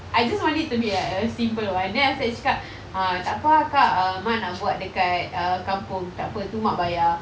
I just want it to be like a simple one then after that dia cakap ah tak apa ah kak mak nak buat err kampung tak apa tu mak bayar